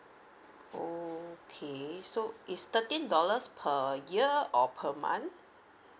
okay so it's thirteen dollars per year or per month